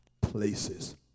places